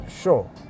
Sure